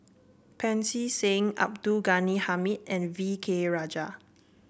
Pancy Seng Abdul Ghani Hamid and V K Rajah